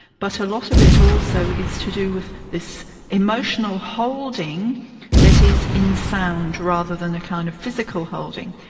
but a lot of it also is to do with this emotional holding that is in sound rather than a kind of physical holding.